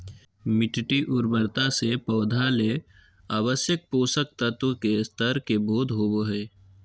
मिटटी उर्वरता से पौधा ले आवश्यक पोषक तत्व के स्तर के बोध होबो हइ